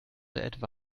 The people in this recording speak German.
etwa